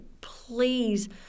please